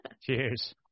Cheers